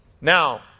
Now